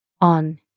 on